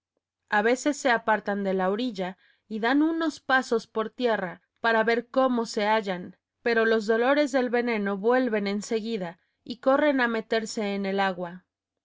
a veces se apartan de la orilla y dan unos pasos por tierra para ver cómo se hallan pero los dolores del veneno vuelven en seguida y corren a meterse en el agua